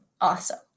awesome